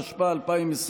התשפ"א 2021,